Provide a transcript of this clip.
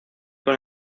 con